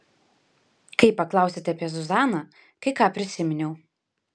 kai paklausėte apie zuzaną kai ką prisiminiau